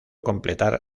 completar